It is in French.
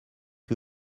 que